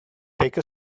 take